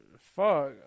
Fuck